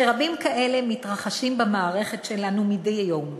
שרבים כאלה מתרחשים במערכת שלנו מדי יום.